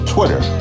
Twitter